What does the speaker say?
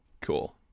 Cool